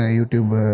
YouTube